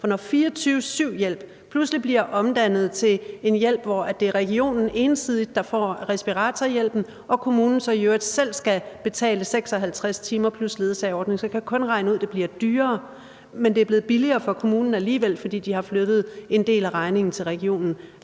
For når 24-7-hjælp pludselig bliver omdannet til en hjælp, hvor det ensidigt er regionen, der står for respiratorhjælpen, og kommunen så i øvrigt selv skal betale 56 timer plus ledsageordning, så kan jeg regne ud, at det kun bliver dyrere, men det er alligevel blevet billigere for kommunen, fordi de har flyttet en del af regningen til regionen.